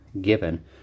given